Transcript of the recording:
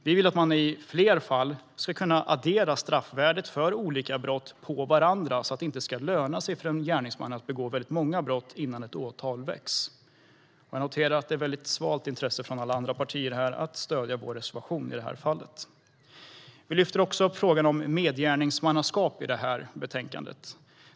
Vi vill att man i fler fall ska kunna addera straffvärdet för olika brott på varandra så att det inte ska löna sig för en gärningsman att begå väldigt många brott innan ett åtal väcks. Jag noterar att det är ett väldigt svalt intresse från alla andra partier för att stödja vår reservation i det här fallet. Vi lyfter också upp frågan om medgärningsmannaskap i betänkandet.